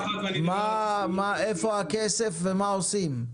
איפה הכסף ומה עושים?